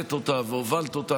הבאת אותה והובלת אותה.